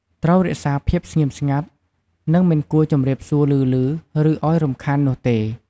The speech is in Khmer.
ត្រូវរក្សាភាពស្ងៀមស្ងាត់ និងមិនគួរជម្រាបសួរឮៗ ឬអោយរំខាននោះទេ។